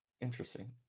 Interesting